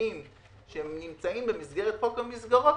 התיקונים שיש במסגרת חוק המסגרות,